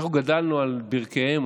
אנחנו גדלנו על ברכיהם,